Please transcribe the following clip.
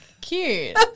cute